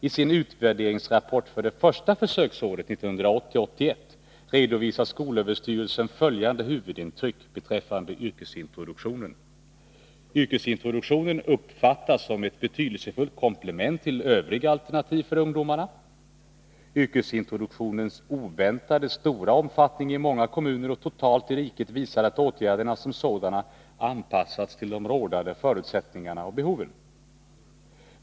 I sin utvärderingsrapport för det första försöksåret, 1980/81, redovisar skolöverstyrelsen följande huvudintryck beträffande yrkesintroduktionen: Yrkesintroduktionen uppfattas som ett betydelsefullt komplement till övriga alternativ för ungdomarna. Yrkesintroduktionens oväntat stora omfattning i många kommuner och totalt i riket visar att åtgärderna som sådana anpassats till rådande förutsättningar och behov.